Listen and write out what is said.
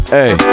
Hey